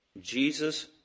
Jesus